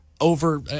over